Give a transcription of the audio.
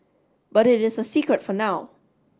but it is a secret for now